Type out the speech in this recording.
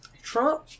Trump